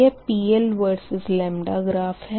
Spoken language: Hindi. यह PL vs λ ग्राफ़ है